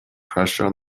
pressure